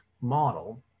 model